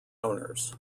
owners